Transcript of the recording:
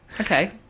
okay